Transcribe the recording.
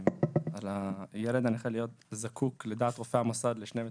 על הילד הנכה להיות זקוק לדעת רופא המוסד לשני מטפלים,